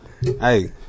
Hey